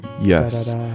Yes